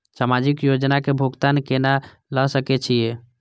समाजिक योजना के भुगतान केना ल सके छिऐ?